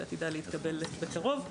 שעתידה להתקבל בקרוב.